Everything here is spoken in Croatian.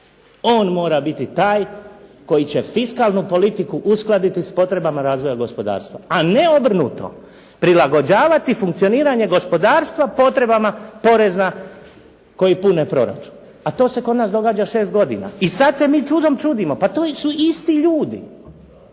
On mora biti taj koji će fiskalnu politiku uskladiti s potrebama razvoja gospodarstva a ne obrnuto. Prilagođavati funkcioniranje gospodarstva potrebama poreza koji pune proračun. To se kod nas događa 6 godina i sada se mi čudom čudimo, to su isti ljudi.